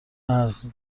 مرزها